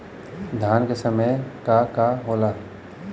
धान के समय का का होला?